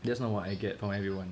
that's not what I get from everyone